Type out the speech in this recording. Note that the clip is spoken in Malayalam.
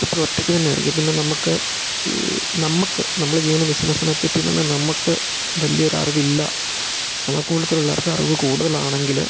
എപ്പോഴും ഒറ്റയ്ക്ക് തന്നെയായിരിക്കും പിന്നെ നമ്മൾക്ക് നമ്മൾക്ക് നമ്മൾ ചെയ്യുന്ന ബിസിനസ്സിനെപ്പറ്റി തന്നെ നമ്മൾക്ക് വലിയൊരു അറിവില്ല നമ്മളെ കൂട്ടത്തിൽ ഉള്ളവർക്ക് അറിവു കൂടുതലാണെങ്കിൽ